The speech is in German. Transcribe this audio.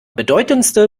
bedeutendste